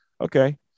Okay